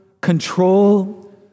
control